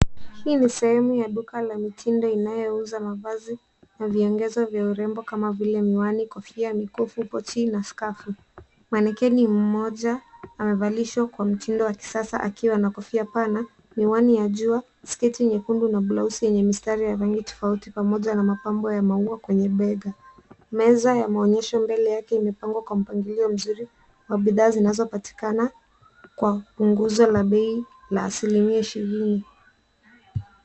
Hii ni sehemu ya duka ya mitindo inayouza mavazi na viongezo vya urembo kama vile miwani, kofia, mikufu, pochi na skafu. Manekeni mmoja amevalishwa kwa mtindo wa kisasa, akiwa na kofia pana, miwani ya jua, sketi nyekundu na blausi yenye mistari ya rangi tofauti pamoja na mapambo ya maua kwenye bega. Meza ya maonyesho mbele yake imepangwa kwa mpangilio mzuri, kwa bidhaa zinazopatikana kwa punguzo la bei la asilimia ishirini